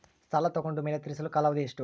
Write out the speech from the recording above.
ಸಾಲ ತಗೊಂಡು ಮೇಲೆ ತೇರಿಸಲು ಕಾಲಾವಧಿ ಎಷ್ಟು?